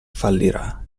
fallirà